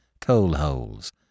coal-holes